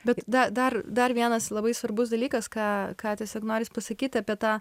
bet da dar dar vienas labai svarbus dalykas ką ką tiesiog norisi pasakyti apie tą